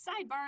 Sidebar